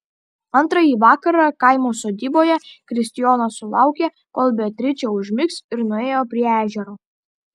antrąjį vakarą kaimo sodyboje kristijonas sulaukė kol beatričė užmigs ir nuėjo prie ežero